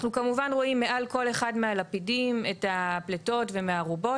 אנחנו כמובן רואים מעל כל אחד מהלפידים את הפליטות ומהארובות,